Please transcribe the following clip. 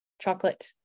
Chocolate